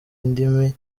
indimi